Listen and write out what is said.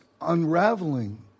unraveling